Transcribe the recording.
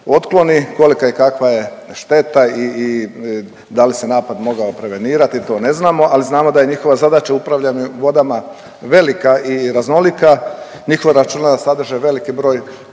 otkloni. Kolika i kakva je šteta i da li se napad mogao prevenirati, to ne znamo, ali znamo da je njihova zadaća upravljanja vodama velika i raznolika, njihova računala sadrže veliki broj